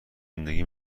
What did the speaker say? زندگی